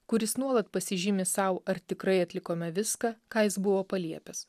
kuris nuolat pasižymi sau ar tikrai atlikome viską ką jis buvo paliepęs